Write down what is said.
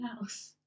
House